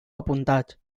apuntats